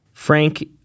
Frank